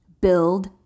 build